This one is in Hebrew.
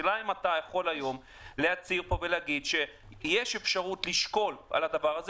השאלה אם אתה יכול להגיד היום שיש אפשרות לשקול את הדבר הזה,